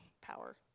power